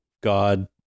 God